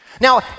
Now